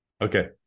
Okay